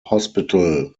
hospital